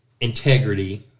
integrity